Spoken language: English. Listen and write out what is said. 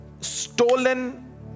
stolen